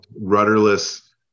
rudderless